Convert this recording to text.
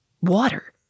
Water